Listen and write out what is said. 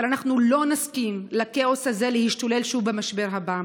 אבל אנחנו לא נסכים לכאוס הזה שישתולל שוב במשבר הבא.